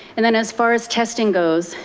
and then as far as testing goes,